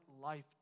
life